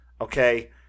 okay